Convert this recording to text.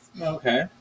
Okay